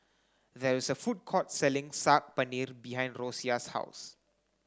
there is a food court selling Saag Paneer behind Rosia's house